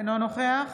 אינו נוכח